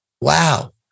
wow